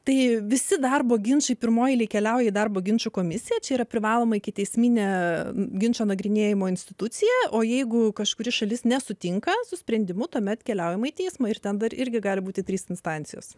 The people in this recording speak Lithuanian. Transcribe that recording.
tai visi darbo ginčai pirmoje eilėje keliauja į darbo ginčų komisiją čia yra privaloma ikiteismine ginčo nagrinėjimo institucija o jeigu kažkuri šalis nesutinka su sprendimu tuomet keliaujama į teismą ir ten dar irgi gali būti trys instancijos